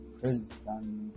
prison